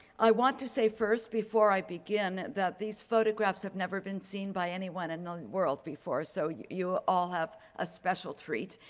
i want to say. first before i begin, that these photographs have never been seen by anyone in the world before, so yeah you'll all have a special treat.